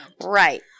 Right